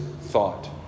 thought